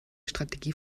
strategie